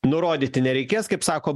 nurodyti nereikės kaip sako